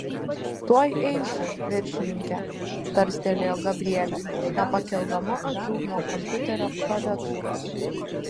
tuoj eisiu viršininke tarstelėjo gabrielė nepakeldama akių nuo kompiuterio klaviatūros